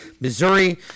Missouri